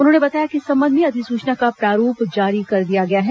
उन्होंने बताया कि इस संबंध में अधिसूचना का प्रारूप जारी कर दिया गया है